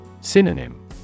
Synonym